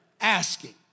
asking